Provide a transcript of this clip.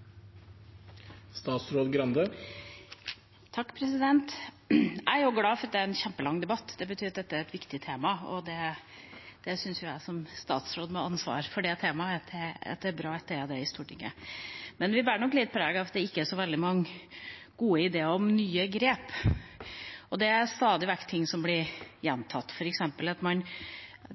en kjempelang debatt – det betyr at dette er et viktig tema. Som statsråd med ansvar for temaet syns jeg det er bra at det er det i Stortinget, men det bærer nok litt preg av at det ikke er så veldig mange gode ideer om nye grep. Det er stadig vekk ting som blir gjentatt, f.eks. at